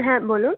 হ্যাঁ বলুন